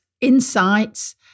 insights